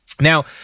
Now